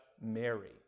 Mary